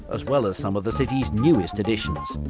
as well as some of the city's newest additions,